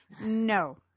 no